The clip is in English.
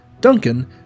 Duncan